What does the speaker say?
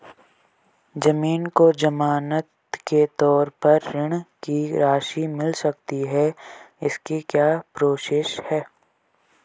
ज़मीन को ज़मानत के तौर पर ऋण की राशि मिल सकती है इसकी क्या प्रोसेस है?